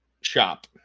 shop